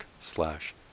slash